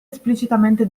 esplicitamente